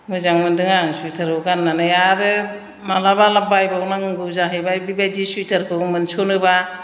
मोजां मोनदों आं सुवेटारखौ गाननानै आरो माब्लाबा बायबावनांगौ जाहैबाय बेबायदि सुवेटारखौ मोनस'नोबा